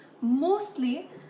mostly